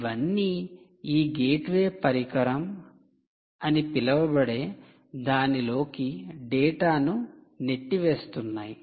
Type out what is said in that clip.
ఇవన్నీ ఈ గేట్వే పరికరం అని పిలువబడే దాని లోకి డేటాను నెట్టివేస్తున్నాయి